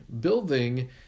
building